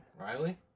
Riley